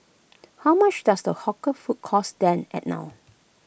how much does the hawker food cost then and now